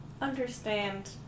understand